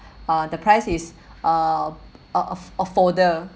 uh the price is uh a a a folder